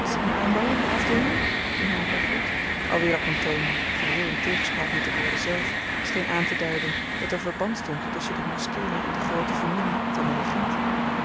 in aanbouw in de afdeeling ging havelaar voort alweer op een toon die geheel in tegenspraak met de woorden zelf scheen aanteduiden dat er verband bestond tusschen die moskeën en de groote familie van den regent